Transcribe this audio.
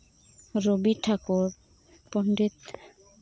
Robi Thakur Pandit